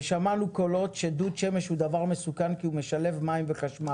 שמענו קולות שדוד שמש הוא דבר מסוכן כי הוא משלב מים וחשמל.